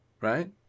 right